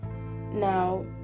Now